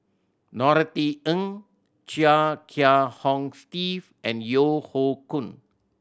Norothy Ng Chia Kiah Hong Steve and Yeo Hoe Koon